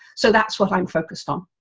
so that's what i'm focused on.